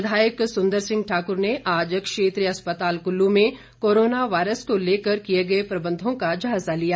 विधायक सुंदर सिंह ठाकुर ने आज क्षेत्रीय अस्पताल कुल्लू में कोरोना वायरस को लेकर किए गए प्रबंधों का जायजा लिया